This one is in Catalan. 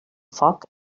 foc